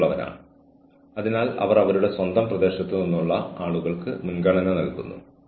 ചെയ്യേണ്ടതും ചെയ്യരുതാത്തതുമായ കാര്യങ്ങൾ വിശദീകരിക്കണം